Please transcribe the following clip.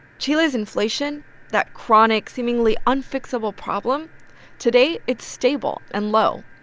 chile's inflation that chronic, seemingly unfixable problem today, it's stable and low.